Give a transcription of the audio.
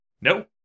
No